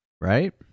right